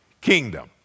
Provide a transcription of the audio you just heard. kingdom